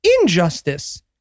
injustice